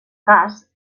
cas